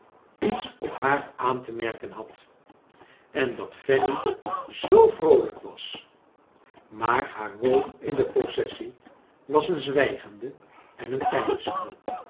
iets op haar aan te merken had en dat fanny z oo vr oolij k was maar haar rol in de processie was een zwijgende en